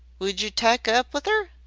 would yer tike up with er?